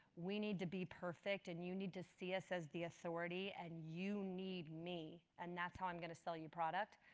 we need to be perfect and you need to see us as the authority and you need me, and that's how i'm going to sell you product.